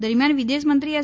દરમિથાન વિદેશ મંત્રી એસ